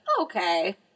okay